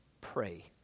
pray